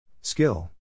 Skill